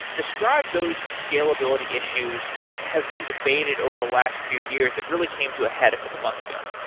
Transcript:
describe those scalability issues that have been debated over the last few years that really came to head a couple of months ago.